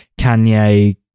Kanye